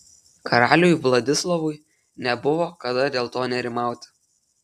karaliui vladislovui nebuvo kada dėl to nerimauti